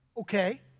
Okay